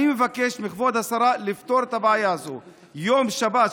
אני מבקש מכבוד השרה לפתור את הבעיה הזו ביום שבת,